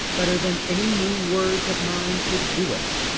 better than any new words of mine could do it.